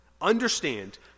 Understand